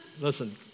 Listen